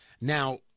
Now